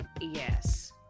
yes